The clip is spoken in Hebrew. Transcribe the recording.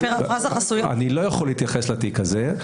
אני לא יכול להתייחס לתיק הזה.